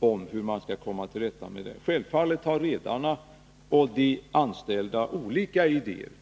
om hur man skall komma till rätta med problemet. Självfallet har redarna och de anställda olika idéer.